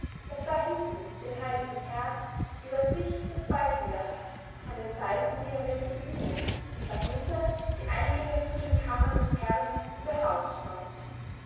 er sah hinten den heiligen herd über sich das balkendach an den seiten die erhöhte bühne dahinter die eingänge zu den kammern des herrn und der hausfrau